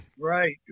Right